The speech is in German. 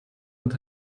und